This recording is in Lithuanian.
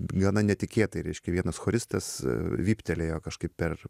gana netikėtai reiškia vienas choristas vyptelėjo kažkaip per